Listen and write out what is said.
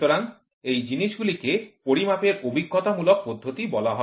সুতরাং এই জিনিসগুলিকে পরিমাপের অভিজ্ঞতামূলক পদ্ধতি বলা হয়